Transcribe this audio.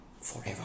forever